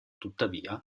tuttavia